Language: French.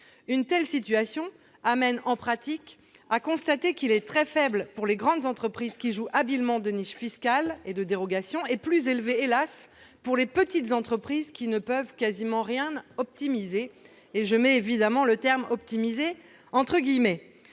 entreprises ... En pratique, on constate qu'il est très faible pour les grandes entreprises, qui jouent habilement des niches fiscales et des dérogations, et plus élevé, hélas, pour les petites entreprises, qui ne peuvent quasiment rien « optimiser »- je mets évidemment ce verbe entre guillemets.